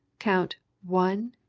count one,